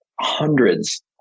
hundreds